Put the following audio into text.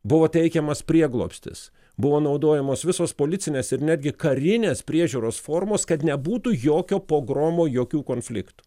buvo teikiamas prieglobstis buvo naudojamos visos policinės ir netgi karinės priežiūros formos kad nebūtų jokio pogromo jokių konfliktų